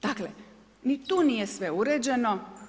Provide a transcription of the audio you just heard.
Dakle, ni tu nije sve uređeno.